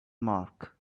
mark